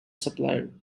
supplier